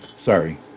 Sorry